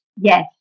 yes